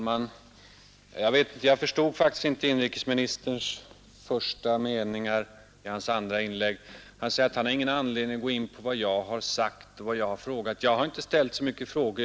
Herr talman! Jag förstod faktiskt inte de första meningarna i inrikesministerns andra inlägg. Han säger att han har ingen anledning att gå in på vad jag har sagt och vad jag har frågat om. Jag har inte ställt så mycket frågor.